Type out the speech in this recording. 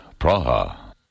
Praha